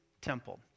temple